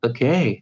Okay